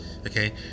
Okay